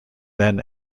then